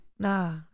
Nah